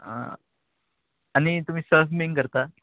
आं आनी तुमी सस बीन करता